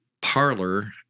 parlor